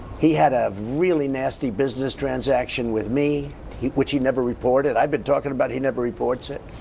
he had a really nasty business transaction with me which he never reported. i've been talking about, he never reports it!